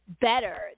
better